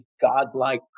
godlike